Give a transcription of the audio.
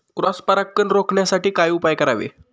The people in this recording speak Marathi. क्रॉस परागकण रोखण्यासाठी काय उपाय करावे?